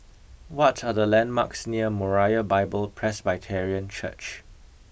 what are the landmarks near Moriah Bible Presbyterian Church